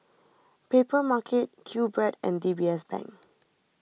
Papermarket Q Bread and D B S Bank